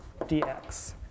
dx